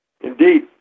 Indeed